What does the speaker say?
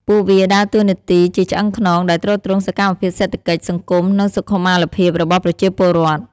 ពួកវាដើរតួនាទីជាឆ្អឹងខ្នងដែលទ្រទ្រង់សកម្មភាពសេដ្ឋកិច្ច សង្គម និងសុខុមាលភាពរបស់ប្រជាពលរដ្ឋ។